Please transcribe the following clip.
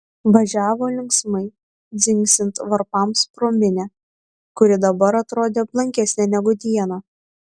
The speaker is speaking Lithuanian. važiavo linksmai dzingsint varpams pro minią kuri dabar atrodė blankesnė negu dieną